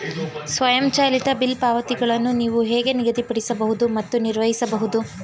ಸ್ವಯಂಚಾಲಿತ ಬಿಲ್ ಪಾವತಿಗಳನ್ನು ನೀವು ಹೇಗೆ ನಿಗದಿಪಡಿಸಬಹುದು ಮತ್ತು ನಿರ್ವಹಿಸಬಹುದು?